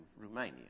Romania